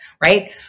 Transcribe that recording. right